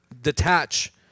detach